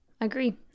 Agree